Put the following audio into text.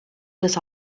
this